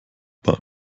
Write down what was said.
bei